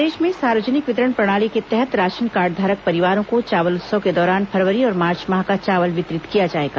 प्रदेश में सार्वजनिक वितरण प्रणाली के तहत राशन कार्डधारक परिवारों को चावल उत्सव के दौरान फरवरी और मार्च माह का चावल वितरित किया जाएगा